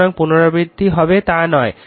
সুতরাং পুনরাবৃত্তি হবে তা নয়